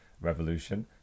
revolution